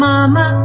Mama